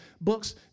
books